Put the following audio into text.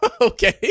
Okay